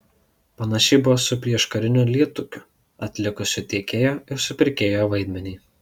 panašiai buvo su prieškariniu lietūkiu atlikusiu tiekėjo ir supirkėjo vaidmenį